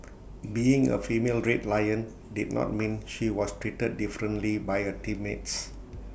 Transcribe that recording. being A female red lion did not mean she was treated differently by her teammates